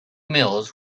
mills